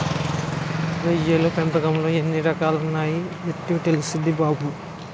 రొయ్యల పెంపకంలో ఎన్ని రకాలున్నాయో యెట్టా తెల్సుద్ది బాబూ?